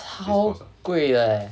超贵的 eh